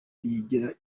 yigira